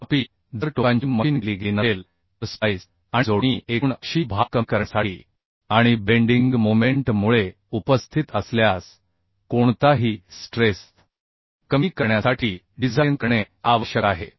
तथापि जर टोकांची मशिन केली गेली नसेल तर स्प्लाइस आणि जोडणी एकूण अक्षीय भार कमी करण्यासाठी आणि बेंडिंग मोमेंट मुळे उपस्थित असल्यास कोणताही स्ट्रेस कमी करण्यासाठी डिझाइन करणे आवश्यक आहे